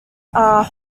are